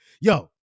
Yo